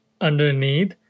underneath